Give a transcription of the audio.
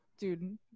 dude